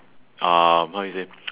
uh how you say